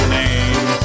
name